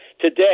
today